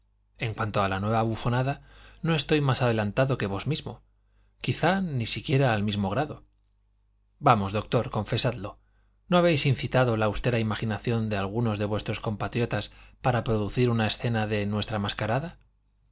en cuanto a la nueva bufonada no estoy más adelantado que vos mismo quizá ni siquiera al mismo grado vamos doctor confesadlo no habéis incitado la austera imaginación de algunos de vuestros compatriotas para producir una escena de nuestra mascarada